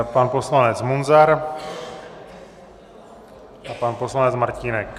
Pan poslanec Munzar, pan poslanec Martínek.